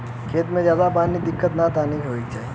खेत में ज्यादा पानी से दिक्कत त नाही होई?